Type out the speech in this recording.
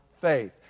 faith